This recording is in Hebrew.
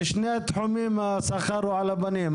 בשני התחומים השכר הוא על הפנים,